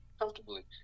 comfortably